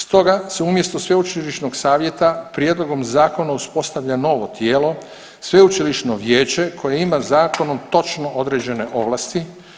Stoga se umjesto sveučilišnog savjeta prijedlogom zakona uspostavlja novo tijelo, sveučilišno vijeće koje ima zakonom točno određene ovlasti.